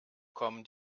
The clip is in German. kommen